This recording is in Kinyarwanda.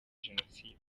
jenoside